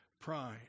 pride